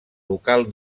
local